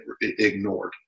ignored